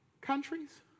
countries